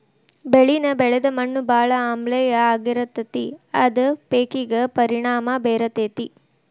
ಬೆಳಿನ ಬೆಳದ ಮಣ್ಣು ಬಾಳ ಆಮ್ಲೇಯ ಆಗಿರತತಿ ಅದ ಪೇಕಿಗೆ ಪರಿಣಾಮಾ ಬೇರತತಿ